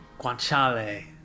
Guanciale